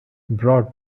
bought